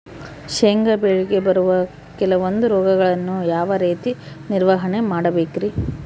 ಶೇಂಗಾ ಬೆಳೆಗೆ ಬರುವ ಕೆಲವೊಂದು ರೋಗಗಳನ್ನು ಯಾವ ರೇತಿ ನಿರ್ವಹಣೆ ಮಾಡಬೇಕ್ರಿ?